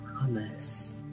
promise